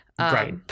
Right